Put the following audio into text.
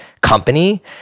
company